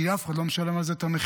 כי אף אחד לא משלם על זה את המחיר,